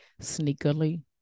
sneakily